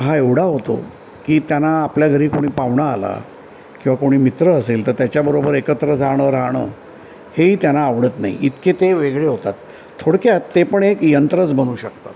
हा एवढा होतो की त्यांना आपल्या घरी कोणी पाहुणा आला किंवा कोणी मित्र असेल तर त्याच्याबरोबर एकत्र जाणं राहणं हेही त्यांना आवडत नाही इतके ते वेगळे होतात थोडक्यात ते पण एक यंत्रच बनू शकतात